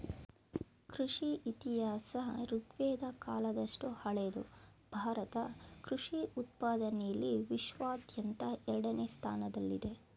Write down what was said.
ಕೃಷಿ ಇತಿಹಾಸ ಋಗ್ವೇದ ಕಾಲದಷ್ಟು ಹಳೆದು ಭಾರತ ಕೃಷಿ ಉತ್ಪಾದನೆಲಿ ವಿಶ್ವಾದ್ಯಂತ ಎರಡನೇ ಸ್ಥಾನದಲ್ಲಿದೆ